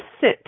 sit